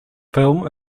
film